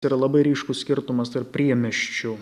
tai yra labai ryškus skirtumas tarp priemiesčių